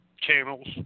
channels